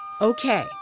Okay